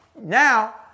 Now